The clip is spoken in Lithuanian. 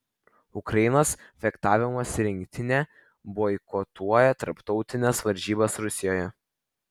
ukrainos fechtavimosi rinktinė boikotuoja tarptautines varžybas rusijoje